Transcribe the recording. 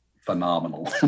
phenomenal